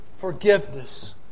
forgiveness